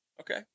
Okay